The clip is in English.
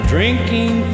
drinking